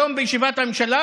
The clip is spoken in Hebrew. היום בישיבת המשלה,